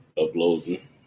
uploading